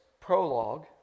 prologue